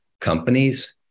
companies